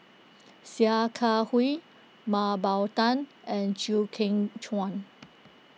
Sia Kah Hui Mah Bow Tan and Chew Kheng Chuan